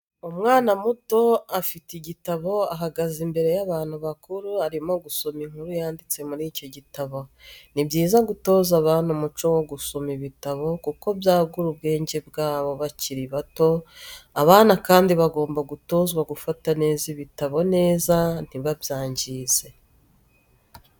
Umwana muto afite igitabo ahagaze imbere y'abantu bakuru arimo gusoma inkuru yanditse muri icyo gitabo. Ni byiza gutoza abana umuco wo gusoma ibitabo kuko byagura ubwenge bwabo bakiri bato, abana kandi bagomba gutozwa gufata ibitabo neza ntibabyangize.